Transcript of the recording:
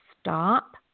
stop